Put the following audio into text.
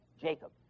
Jacob